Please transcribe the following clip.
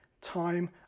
time